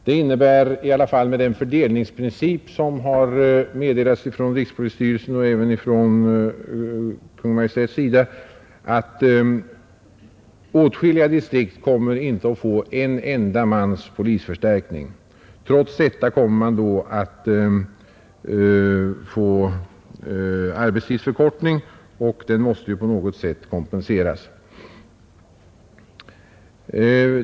Det innebär — åtminstone med den fördelningsprincip som angivits av rikspolisstyrelsen och även av Kungl. Maj:t — att åtskilliga distrikt inte kommer att få en enda mans polisförstärkning. Trots detta genomförs en arbetstidsförkortning, och den måste på något sätt kompenseras.